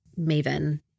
maven